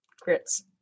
Grits